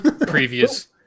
Previous